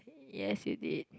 yes you did